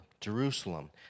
Jerusalem